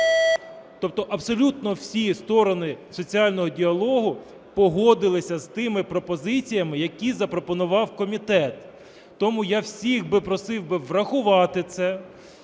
Тобто абсолютно всі сторони соціального діалогу погодилися з тими пропозиціями, які запропонував комітет. Тому я всіх би просив би врахувати це,